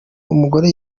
umugore